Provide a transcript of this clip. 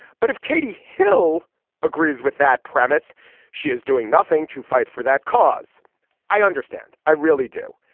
but if katie hill agrees with that premise she is doing nothing to fight for that cause i understand. i really do.